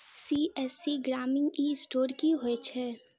CSC ग्रामीण e store की होइ छै?